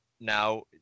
now